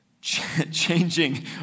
changing